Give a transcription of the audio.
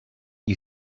you